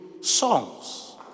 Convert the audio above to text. songs